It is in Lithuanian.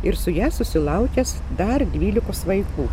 ir su ja susilaukęs dar dvylikos vaikų